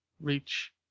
Reach